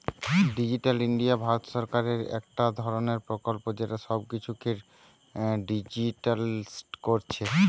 digital India Bharat সরকারের একটা ধরণের প্রকল্প যেটা সব কিছুকে ডিজিটালিসড কোরছে